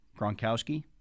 Gronkowski